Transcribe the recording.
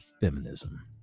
feminism